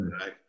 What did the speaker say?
right